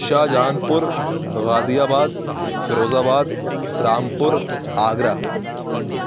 شاہ جہان پور Ghaziabad Firozabad Rampur Agra